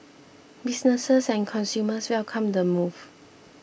businesses and consumers welcomed the move